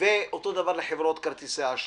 ואותו דבר אצל חברות כרטיסי האשראי.